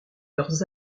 leurs